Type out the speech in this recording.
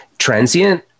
transient